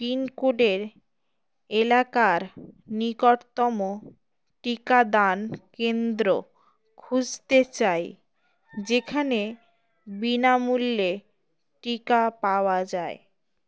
পিনকোডের এলাকার নিকটতম টিকাদান কেন্দ্র খুঁজতে চাই যেখানে বিনামূল্যে টিকা পাওয়া যায়